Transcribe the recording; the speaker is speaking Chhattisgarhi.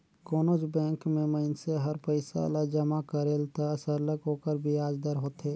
कोनोच बंेक में मइनसे हर पइसा ल जमा करेल त सरलग ओकर बियाज दर होथे